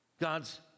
God's